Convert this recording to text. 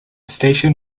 station